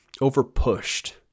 over-pushed